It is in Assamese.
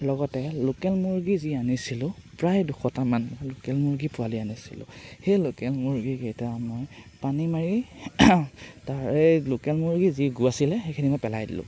লগতে লোকেল মুৰ্গী যি আনিছিলোঁ প্ৰায় দুশটামান লোকেল মুৰ্গী পোৱালি আনিছিলোঁ সেই লোকেল মুৰ্গীকেইটা মই পানী মাৰি তাৰে লোকেল মুৰ্গী যি গু আছিলে সেইখিনি মই পেলাই দিলোঁ